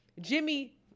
Jimmy